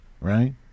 Right